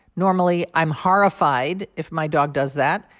normally i'm horrified if my dog does that.